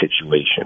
situation